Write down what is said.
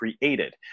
created